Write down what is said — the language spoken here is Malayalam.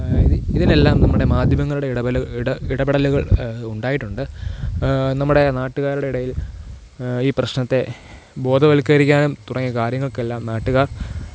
ഇത് ഇതിനെല്ലാം നമ്മുടെ മാധ്യമങ്ങളുടെ ഇടപെടലുകള് ഉണ്ടായിട്ടുണ്ട് നമ്മുടെ നാട്ടുകാരുടെ ഇടയില് ഈ പ്രശ്നത്തെ ബോധവല്ക്കരിക്കാന് തുടങ്ങിയ കാര്യങ്ങള്ക്കെല്ലാം നാട്ടുകാർ